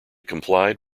complied